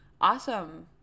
awesome